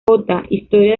historia